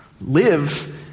live